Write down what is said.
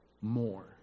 more